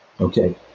Okay